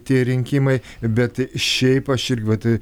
tie rinkimai bet šiaip aš irgi vat